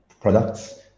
products